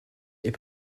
est